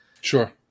Sure